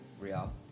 Real